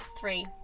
three